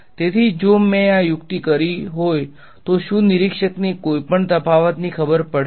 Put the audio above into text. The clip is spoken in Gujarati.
તેથી જો મેં આ યુક્તિ કરી હોય તો શુ નિરીક્ષક ને કોઈપણ તફાવતની ખબર પડશે